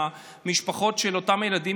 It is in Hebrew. מהמשפחות של אותם הילדים